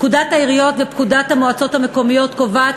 פקודת העיריות ופקודת המועצות המקומיות קובעות